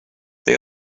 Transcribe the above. they